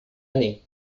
année